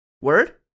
word